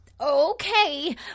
Okay